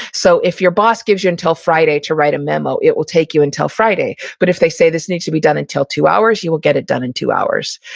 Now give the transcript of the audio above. so if your boss gives you until friday to write a memo, it will take you until friday. but if they say this needs to be done until two hours, you will get it done in two hours.